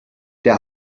der